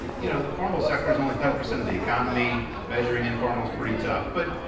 you know, the formal sector's only ten percent of the economy, measuring informal's pretty tough. but,